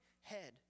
head